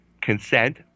consent